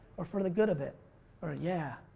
or for the good of it or yeah.